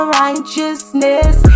righteousness